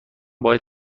باید